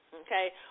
okay